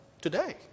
today